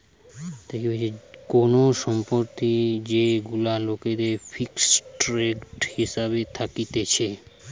কোন সম্পত্তি যেগুলা লোকের ফিক্সড হিসাবে থাকতিছে